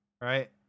right